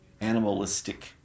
animalistic